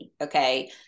okay